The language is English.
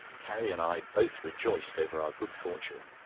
carrie and i both rejoiced over our good fortune.